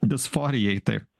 disforijai taip